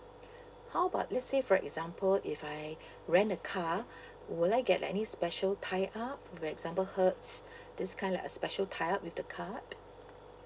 how about let's say for example if I rent a car will I get any special tie up for example hertz this kind like a special tie up with the card